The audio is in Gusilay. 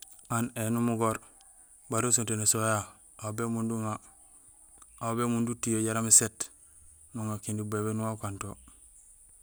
Aan éni umugoor, bala usontéén ésoho yayu, aw bémunde uŋa, aw bémunde utiyo jaraam éséét, nuŋa kindi bubébéén uŋa ukan to.